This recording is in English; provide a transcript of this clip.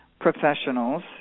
professionals